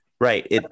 Right